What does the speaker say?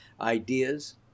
ideas